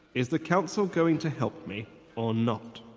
is the council going to help me or not?